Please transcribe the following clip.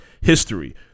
history